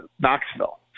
Knoxville